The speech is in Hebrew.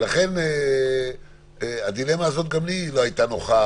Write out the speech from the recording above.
ולכן הדילמה הזאת גם לי לא הייתה נוחה,